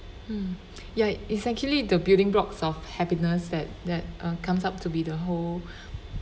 mm ya it's actually the building blocks of happiness that that uh comes up to be the whole